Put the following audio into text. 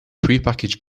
prepackaged